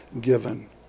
given